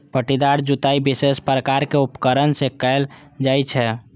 पट्टीदार जुताइ विशेष प्रकारक उपकरण सं कैल जाइ छै